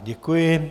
Děkuji.